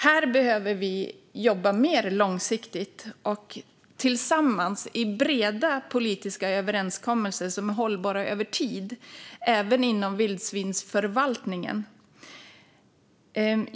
Här behöver vi jobba mer långsiktigt och tillsammans i breda politiska överenskommelser som är hållbara över tid även inom vildsvinsförvaltningen.